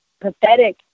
pathetic